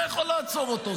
אתה יכול לעצור אותו.